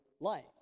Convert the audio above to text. life